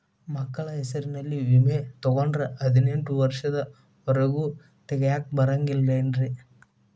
ಮಕ್ಕಳ ಹೆಸರಲ್ಲಿ ವಿಮೆ ತೊಗೊಂಡ್ರ ಹದಿನೆಂಟು ವರ್ಷದ ಒರೆಗೂ ತೆಗಿಯಾಕ ಬರಂಗಿಲ್ಲೇನ್ರಿ?